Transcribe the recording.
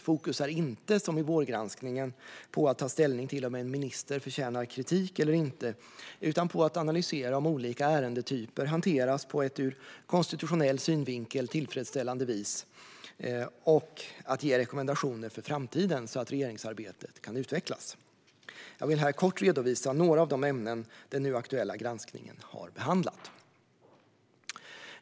Fokus ligger inte, som i vårgranskningen, på att ta ställning till om en minister förtjänar kritik eller inte utan på att analysera och se om olika ärendetyper hanteras på ett ur konstitutionell synvinkel tillfredsställande vis och på att ge rekommendationer för framtiden så att regeringsarbetet kan utvecklas. Jag vill här kort redovisa några av de ämnen som har behandlats i den nu aktuella granskningen.